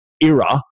era